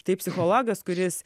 tai psichologas kuris